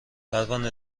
پروانه